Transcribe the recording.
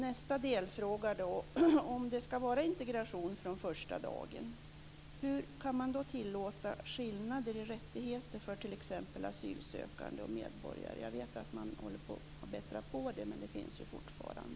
Nästa delfråga är: Om det ska vara integration från första dagen, hur kan man då tillåta skillnader i rättigheter mellan t.ex. asylsökande och medborgare? Jag vet att man håller på att förbättra detta, men skillnaderna finns ju fortfarande.